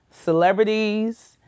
celebrities